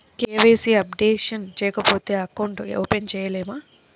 KYC updation చేయకపోతే account open చేయలేమా?